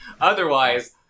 Otherwise